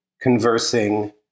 conversing